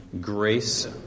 grace